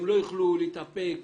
הם לא יוכלו להתאפק